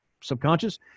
subconscious